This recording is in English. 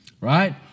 Right